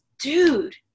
dude